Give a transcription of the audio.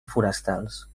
forestals